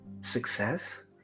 success